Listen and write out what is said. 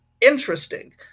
Interesting